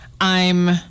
I'm-